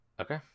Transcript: Okay